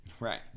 Right